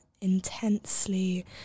intensely